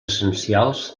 essencials